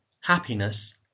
happiness